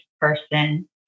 person